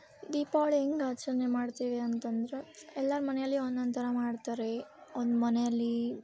ದೀಪಾವಳಿ ಹೆಂಗ್ ಆಚರಣೆ ಮಾಡ್ತೀವಿ ಅಂತಂದರೆ ಎಲ್ಲರ್ ಮನೆಯಲ್ಲಿ ಒಂದೊಂದು ಥರ ಮಾಡ್ತಾರೆ ಒಂದು ಮನೆಯಲ್ಲಿ